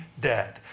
dead